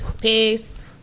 Peace